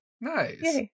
nice